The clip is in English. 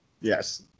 Yes